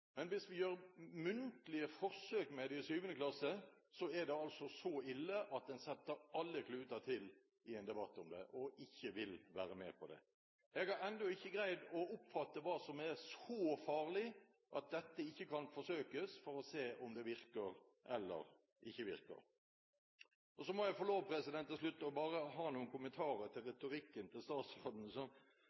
Men hvis vi gjør muntlige forsøk med det i 7. klasse, er det altså så ille at en setter alle kluter til i en debatt om det, og ikke vil være med på det. Jeg har ennå ikke greid å oppfatte hva som er så farlig at dette ikke kan forsøkes for å se om det virker, eller ikke virker. Til slutt må jeg få lov til å komme med noen kommentarer til retorikken til statsråden,